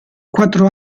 quattro